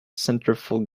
centerfold